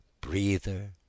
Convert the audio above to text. breather